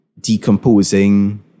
Decomposing